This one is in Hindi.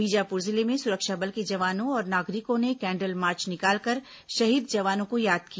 बीजापुर जिले में सुरक्षा बल के जवानों और नागरिकों ने कैंडल मार्च निकालकर शहीद जवानों को याद किया